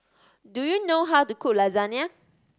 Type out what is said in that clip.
do you know how to cook Lasagna